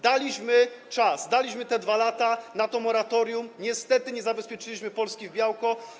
Daliśmy czas, daliśmy te 2 lata w drodze moratorium, ale, niestety, nie zabezpieczyliśmy Polski w białko.